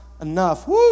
enough